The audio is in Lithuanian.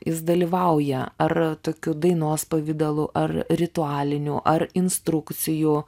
jis dalyvauja ar tokiu dainos pavidalu ar ritualiniu ar instrukcijų